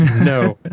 No